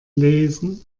lesen